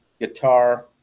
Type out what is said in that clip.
guitar